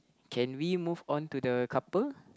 can we move on to the couple